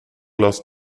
lost